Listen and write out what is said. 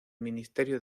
ministerio